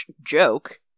joke